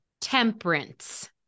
temperance